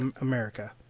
america